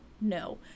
No